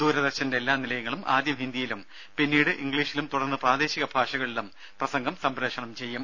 ദൂരദർശന്റെ എല്ലാ നിലയങ്ങളും ആദ്യം ഹിന്ദിയിലും പിന്നീട് ഇംഗ്ലീഷിലും തുടർന്ന് പ്രാദേശിക ഭാഷകളിലും പ്രസംഗം സംപ്രേഷണം ചെയ്യും